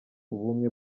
ubumwe